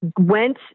went